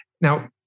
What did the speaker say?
now